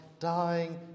dying